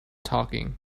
talking